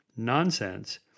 nonsense